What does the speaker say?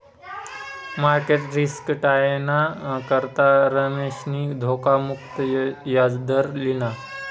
market risk टायाना करता रमेशनी धोखा मुक्त याजदर लिना